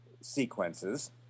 sequences